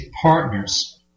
partners